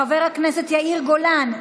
חבר הכנסת יאיר גולן,